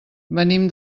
venim